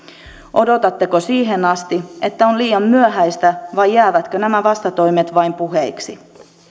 odotatteko siihen asti että on liian myöhäistä vai jäävätkö nämä vastatoimet vain puheiksi